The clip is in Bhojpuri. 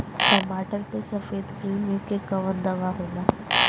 टमाटर पे सफेद क्रीमी के कवन दवा होला?